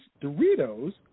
Doritos